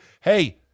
Hey